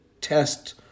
test